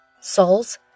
Souls